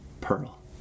pearl